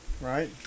right